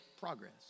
progress